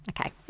Okay